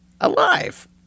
alive